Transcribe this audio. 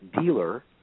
dealer